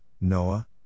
Noah